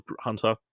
hunter